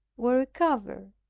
were recovered.